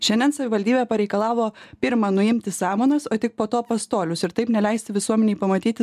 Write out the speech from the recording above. šiandien savivaldybė pareikalavo pirma nuimti samanas o tik po to pastolius ir taip neleisti visuomenei pamatyti